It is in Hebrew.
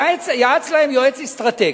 יעץ להם יועץ אסטרטגי,